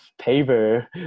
paper